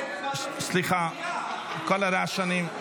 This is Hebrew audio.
סליחה, כל הרעשנים.